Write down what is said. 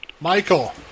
Michael